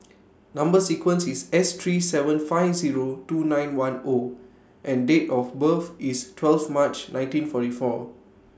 Number sequence IS S three seven five Zero two nine one O and Date of birth IS twelve March nineteen forty four